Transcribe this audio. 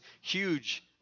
huge